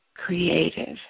Creative